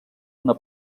una